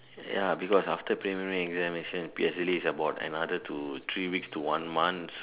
ya because after preliminary examination P_S_L_E is about another to three weeks to one month